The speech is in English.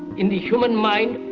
in the human mind,